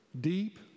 deep